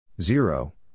Zero